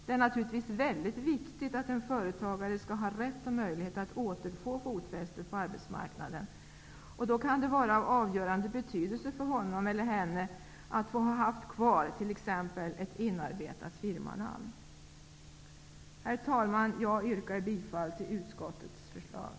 Det är naturligtvis väldigt viktigt att en företagare skall ha rätt och möjlighet att återfå fotfästet på arbetsmarknaden. Då kan det vara av avgörande betydelse för honom eller henne att ha kvar t.ex. ett inarbetat firmanamn. Herr talman! Jag yrkar bifall till utskottets förslag.